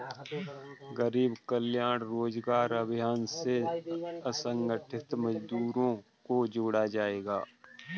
गरीब कल्याण रोजगार अभियान से असंगठित मजदूरों को जोड़ा जायेगा